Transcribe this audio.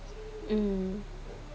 mm